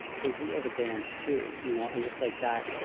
but we have a dance too, you know, and just like that,